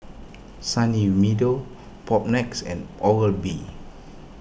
Sunny Meadow Propnex and Oral B